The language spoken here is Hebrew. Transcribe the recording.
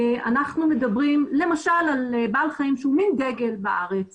אנחנו מדברים למשל על בעל חיים שהוא מין אנדמי שהוא דגל בארץ